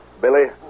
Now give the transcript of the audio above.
Billy